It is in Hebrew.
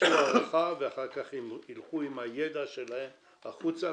יעשו הערכה ואחר כך ילכו עם הידע שלהם החוצה,